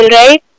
right